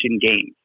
games